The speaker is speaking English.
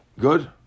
Good